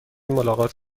ملاقات